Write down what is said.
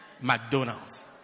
McDonald's